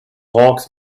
hawks